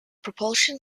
propulsion